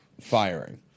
firing